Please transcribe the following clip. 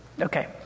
Okay